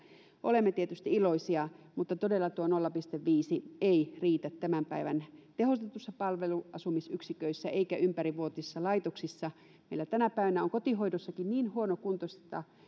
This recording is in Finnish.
olemme tietysti iloisia mutta todella tuo nolla pilkku viisi ei riitä tämän päivän tehostetuissa palveluasumisyksiköissä eikä ympärivuotisissa laitoksissa meillä tänä päivänä on kotihoidossakin niin huonokuntoista